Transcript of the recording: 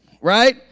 Right